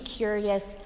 curious